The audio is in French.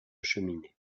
cheminée